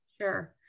Sure